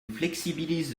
flexibilise